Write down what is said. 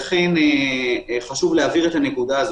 לכן חשוב להבהיר את הנקודה.